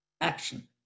action